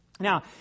Now